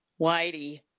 Whitey